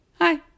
hi